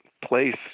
place